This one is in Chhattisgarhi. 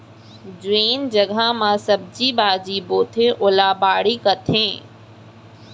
जेन जघा म सब्जी भाजी बोथें ओला बाड़ी कथें